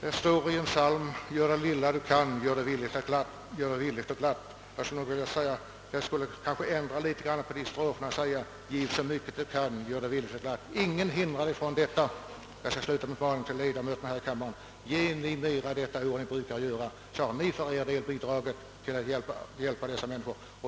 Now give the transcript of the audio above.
Det står i en psalm: Gör det lilla du kan, gör det villigt och glatt! Jag skulle vilja ändra de stroferna något och säga: Giv så mycket du kan, gör det villigt och glatt! Jag skall sluta med ett par ord till ledamöterna. Ge detta år mer än ni brukar ge, så har ni bidragit till att hjälpa dessa människor!